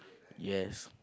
yes